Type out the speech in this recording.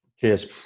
Cheers